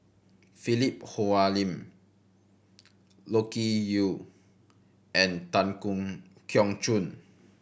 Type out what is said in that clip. Philip Hoalim Loke Yew and Tan Keong Choon